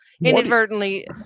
inadvertently